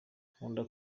nkunda